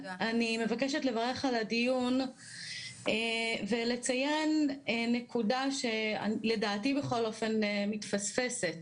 אני מבקשת לברך על הדיון ולציין נקודה שלדעתי בכל אופן מתפספסת.